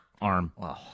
arm